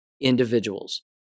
individuals